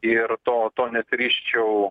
ir to to nesirįsčiau